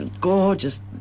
gorgeous